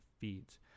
feeds